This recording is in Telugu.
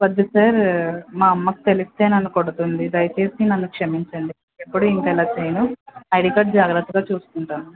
వద్దు సార్ మా అమ్మకి తెలిస్తే నన్ను కొడుతుంది దయచేసి నన్ను క్షమించండి ఇంకెప్పుడు ఇంక ఇలా చెయ్యను ఐడి కార్డ్ జాగ్రత్తగా చూసుకుంటాను